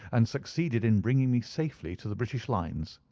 and succeeded in bringing me safely to the british lines.